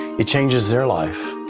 it changes their lives,